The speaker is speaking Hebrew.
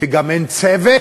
כי גם אין צוות.